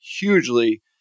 hugely